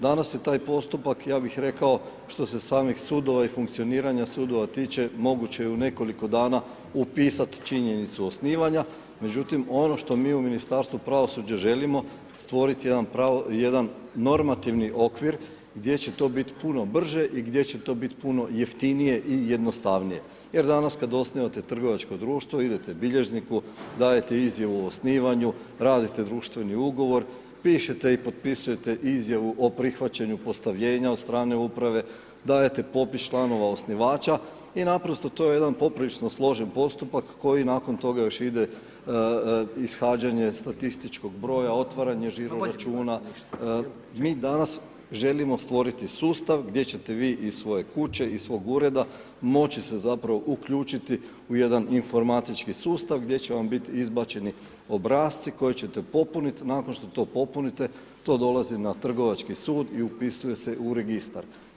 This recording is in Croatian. Danas je taj postupak, ja bi rekao, što se samih sudova i funkcioniranja sudova tiče, moguće u nekoliko dana upisat činjenicu osnivanja, međutim ono što mi u Ministarstvu pravosuđa želimo, stvoriti jedan normativni okvir gdje će to bit' puno brže i gdje će to bit' puno jeftinije i jednostavnije, jer danas kad osnivate trgovačko društvo, idete bilježniku, dajete Izjavu o osnivanju, radite društveni ugovor, pišete i potpisujete Izjavu o prihvaćanju postavljenja od strane Uprave, dajete popis članova osnivača i naprosto to je jedan poprilično složen postupak, koji nakon toga još ide ishađanje statističkog broja, otvaranje broja žiro računa, mi danas želimo stvoriti sustav gdje će te vi iz svoje kuće, iz svog ureda, moći se zapravo uključiti u jedan informatički sustav, gdje će vam biti izbačeni obrasci koje će te popuniti, nakon što to popunite, to dolazi na Trgovački sud i upisuje se u Registar.